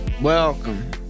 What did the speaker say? welcome